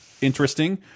interesting